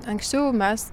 anksčiau mes